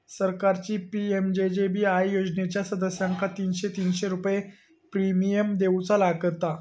सरकारची पी.एम.जे.जे.बी.आय योजनेच्या सदस्यांका तीनशे तीनशे रुपये प्रिमियम देऊचा लागात